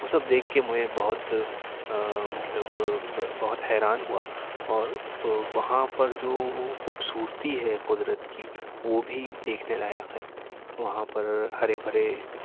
وہ سب دیکھ کے مجھے بہت مطلب بہت حیران ہوا اور وہاں پر جو خوبصورتی ہے قدرت کی وہ بھی دیکھنے لائق ہے وہاں پر ہرے بھرے